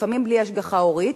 לפעמים בלי השגחה הורית,